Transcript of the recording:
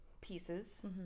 pieces